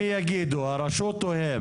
מי יגיד, הרשות אם כב"ה?